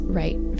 right